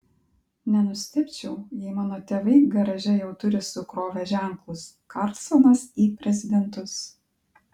nenustebčiau jei mano tėvai garaže jau turi sukrovę ženklus karlsonas į prezidentus